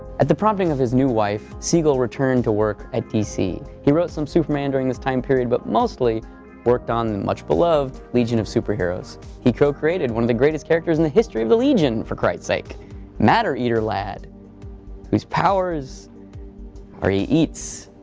at the prompting of his new wife, siegel returned to work at dc. he wrote some superman during this time period, but mostly worked on the much beloved legion of superheroes. he co-created one of the greatest characters in the history of the legion, for christ's sake matter eater lad whose powers are he eats.